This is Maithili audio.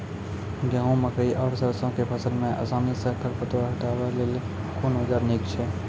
गेहूँ, मकई आर सरसो के फसल मे आसानी सॅ खर पतवार हटावै लेल कून औजार नीक है छै?